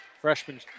Freshman